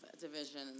division